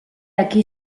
aquí